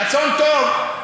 רצון טוב,